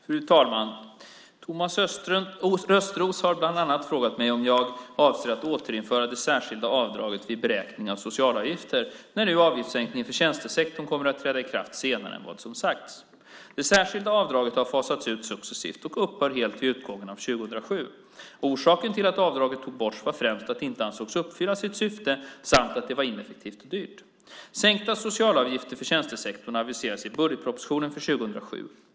Fru talman! Thomas Östros har bland annat frågat mig om jag avser att återinföra det särskilda avdraget vid beräkning av socialavgifter, när nu avgiftssänkningen för tjänstesektorn kommer att träda i kraft senare än vad som sagts. Det särskilda avdraget har fasats ut successivt och upphör helt vid utgången av 2007. Orsaken till att avdraget togs bort var främst att det inte ansågs uppfylla sitt syfte samt att det var ineffektivt och dyrt. Sänkta socialavgifter för tjänstesektorn aviserades i budgetpropositionen för 2007.